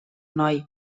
noi